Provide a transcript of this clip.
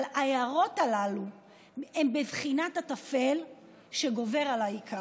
אבל ההערות הללו הן בבחינת הטפל שגובר על העיקר.